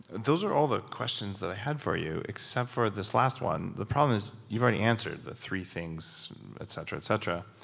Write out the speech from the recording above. those are all the questions that i had for you, except for this last one. the problem is you've already answered the three things etc. etc,